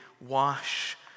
wash